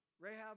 Rahab